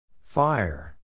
fire